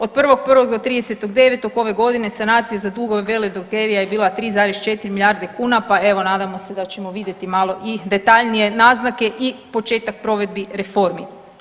Od 1.1. do 30.9. ove godine sanacije za dugove veledrogerija je bila 3,4 milijarde kuna, pa evo nadamo se da ćemo vidjeti malo i detaljnije naznake i početak provedbi reformi.